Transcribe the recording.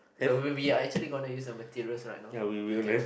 so we we are actually going to use the materials right now okay